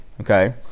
Okay